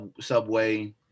subway